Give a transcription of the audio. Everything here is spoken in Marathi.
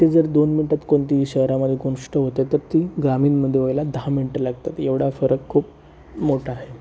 इथे जर दोन मिनिटात कोणती शहरामध्ये गोष्ट होते तर ती ग्रामीणमध्ये व्हायला दहा मिनिटं लागतात एवढा फरक खूप मोठा आहे